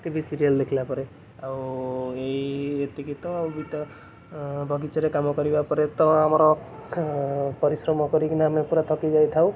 ଟି V serial ଦେଖିଲା ପରେ ଆଉ ଏଇ ଏତିକି ତ ଆ ବଗିଚାରେ କାମ କରିବା ପରେ ତ ଆମର ପରିଶ୍ରମ କରିକିନା ଆମେ ପୁରା ଥକି ଯାଇଥାଉ